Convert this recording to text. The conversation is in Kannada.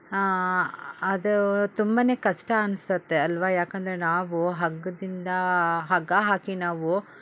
ಆಂ ಅದು ತುಂಬಾ ಕಷ್ಟ ಅನಿಸುತ್ತೆ ಅಲ್ವ ಯಾಕಂದರೆ ನಾವು ಹಗ್ಗದಿಂದ ಹಗ್ಗ ಹಾಕಿ ನಾವು